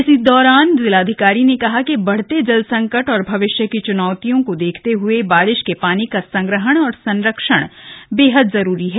इस दौरान जिलाधिकारी ने कहा कि बढ़ते जल संकट और भविष्य की चुनौतियो को देखते हये बारिश के पानी का संग्रहण और संरक्षण को लेकर प्रशासन गंभीर है